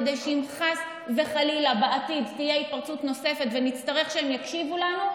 כדי שאם חס וחלילה בעתיד תהיה התפרצות נוספת ונצטרך שהם יקשיבו לנו,